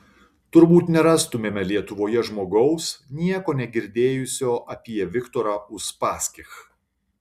turbūt nerastumėme lietuvoje žmogaus nieko negirdėjusio apie viktorą uspaskich